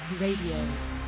Radio